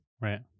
Right